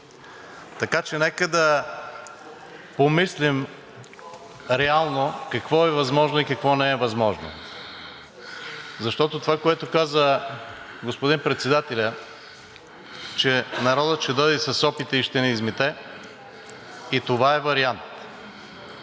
Така че нека да помислим реално какво е възможно и какво не е възможно, защото това, което каза господин Председателят – че народът ще дойде със сопите и ще ни измете, и това е вариант.